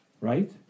Right